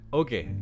okay